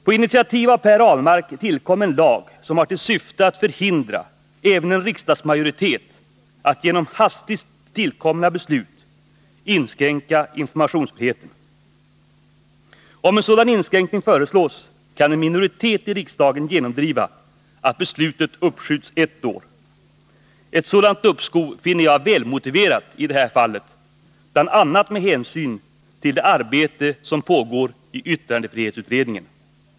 På initiativ av Per Ahlmark tillkom en lag som har till syfte att förhindra även en riksdagsmajoritet att genom hastigt tillkomna beslut inskränka informationsfriheten. Om en sådan inskränkning föreslås, kan en minoritet i riksdagen genomdriva att beslutet uppskjuts ett år. Ett sådant uppskov finner jag välmotiverat i det här fallet, bl.a. med hänsyn till det arbete som pågår i yttrandefrihetsutredningen.